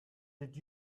did